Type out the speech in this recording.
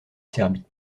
serbie